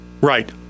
Right